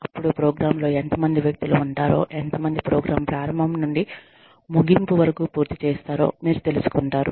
అప్పుడు ప్రోగ్రామ్ లో ఎంత మంది వ్యక్తులు ఉంటారో ఎంత మంది ప్రోగ్రాం ప్రారంభం నుండి ముగింపు వరకు పూర్తి చేస్తారో మీరు తెలుసుకుంటారు